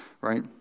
right